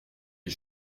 est